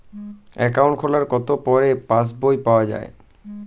Account খোলার কতো পরে পাস বই পাওয়া য়ায়?